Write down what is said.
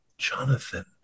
Jonathan